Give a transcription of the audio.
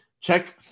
Check